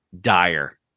dire